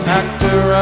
actor